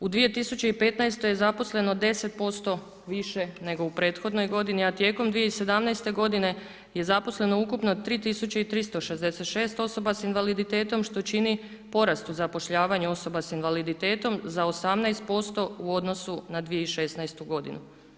U 2015. je zaposleno 10% više nego u prethodnoj godini, a tijekom 2017. godine je zaposleno ukupno 3366 osoba s invaliditetom što čini porast u zapošljavanju osoba s invaliditetom za 18% u odnosu na 2016. godinu.